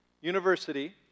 University